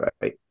Right